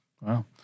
Wow